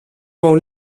woon